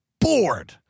bored